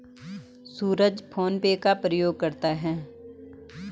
सूरज PhonePe का प्रयोग करता है